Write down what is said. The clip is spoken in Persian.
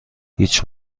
هیچ